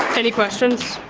any questions?